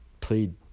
Played